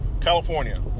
California